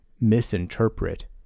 misinterpret